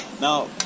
Now